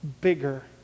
bigger